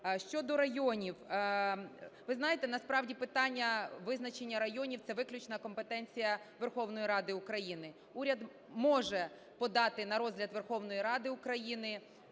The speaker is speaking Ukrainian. Щодо районів. Ви знаєте, насправді, питання визначення районів – це виключно компетенція Верховної Ради України. Уряд може подати на розгляд Верховної Ради України